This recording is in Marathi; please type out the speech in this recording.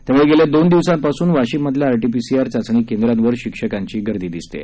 त्यामुळे गेल्या दोन दिवसांपासून वाशिममधल्या R T P C R चाचणी केंद्रावर शिक्षकांची गर्दी दिसत आहे